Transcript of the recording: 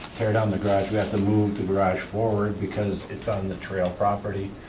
carry down the garage, we have to move the garage forward because it's on the trail property.